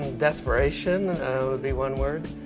desperation would be one word.